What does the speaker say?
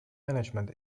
management